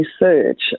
research